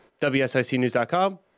WSICnews.com